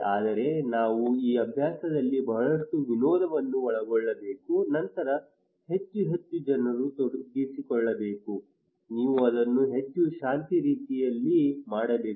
ಆದರೆ ನಾವು ಈ ಅಭ್ಯಾಸದಲ್ಲಿ ಬಹಳಷ್ಟು ವಿನೋದವನ್ನು ಒಳಗೊಳ್ಳಬೇಕು ನಂತರ ಹೆಚ್ಚು ಹೆಚ್ಚು ಜನರು ತೊಡಗಿಸಿಕೊಳ್ಳಬೇಕು ನೀವು ಅದನ್ನು ಹೆಚ್ಚು ಶಾಂತ ರೀತಿಯಲ್ಲಿ ಮಾಡಬೇಕು